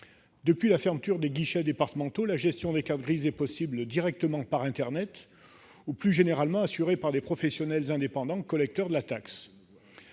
depuis la fermeture des guichets départementaux, la gestion des cartes grises est possible directement par internet ; elle est plus généralement assurée par des professionnels indépendants collecteurs de la taxe.